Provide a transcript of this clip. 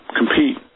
compete